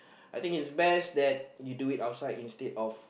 I think it's best that you do it outside instead of